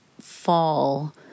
fall